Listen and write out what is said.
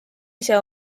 ise